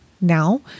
now